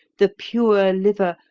the pure liver,